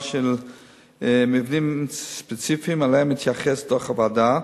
של מבנים ספציפיים שאליהם התייחס דוח הוועדה,